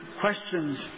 questions